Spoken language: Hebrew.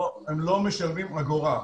הם לא משלמים אגורה.